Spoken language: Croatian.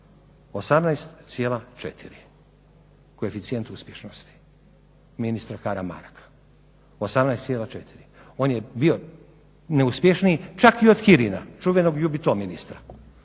18,4% koeficijent uspješnosti ministra Karamarka, 18,4%. On je bio neuspješniji čak i od Kirina, čuvenog youbito ministra.